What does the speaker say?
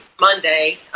Monday